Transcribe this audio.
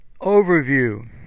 Overview